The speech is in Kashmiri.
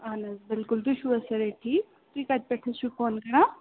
اَہن حظ بِلکُل تُہۍ چھُو حظ سٲری ٹھیٖک تُہۍ کَتہِ پٮ۪ٹھ حظ چھِو فون کَران